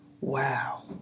Wow